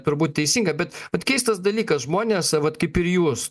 turbūt teisinga bet vat keistas dalykas žmonės vat kaip ir jūs